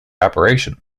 operation